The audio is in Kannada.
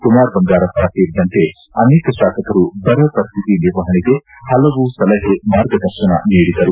ಕುಮಾರ್ ಬಂಗಾರಪ್ಪ ಸೇರಿದಂತೆ ಅನೇಕ ಶಾಸಕರು ಬರ ಪರಿಸ್ಥಿತಿ ನಿರ್ವಹಣೆಗೆ ಹಲವು ಸಲಹೆ ಮಾರ್ಗದರ್ಶನ ನೀಡಿದರು